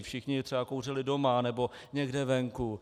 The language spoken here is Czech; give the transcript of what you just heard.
Všichni kouřili doma nebo někde venku.